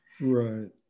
Right